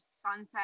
sunset